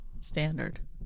standard